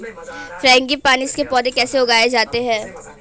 Frangipanis के पौधे कैसे उगाए जाते हैं?